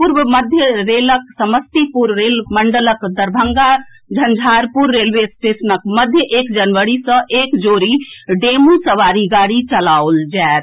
पूर्व मध्य रेलक समस्तीपुर रेल मंडलक दरभंगा झंझारपुर रेलवे स्टेशनक मध्य एक जनवरी सॅ एक जोड़ी डेमू सवारी गाड़ी चलाओल जाएत